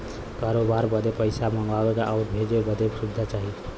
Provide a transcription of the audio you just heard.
करोबार बदे पइसा मंगावे आउर भेजे बदे सुविधा चाही